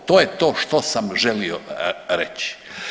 E to je to što sam želio reći.